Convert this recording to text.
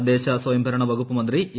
തദ്ദേശസ്വയംഭരണ വകുപ്പ് മന്ത്രി എ